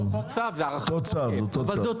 זה אותו הצו, זה לא